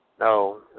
No